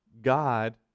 God